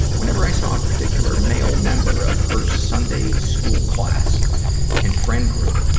whenever i saw a particular male member of her sunday school class and friend group,